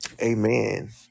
Amen